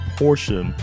portion